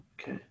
Okay